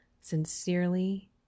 sincerely